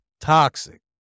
toxic